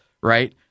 right